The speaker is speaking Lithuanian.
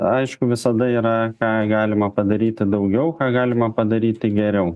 aišku visada yra ką galima padaryti daugiau ką galima padaryti geriau